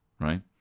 right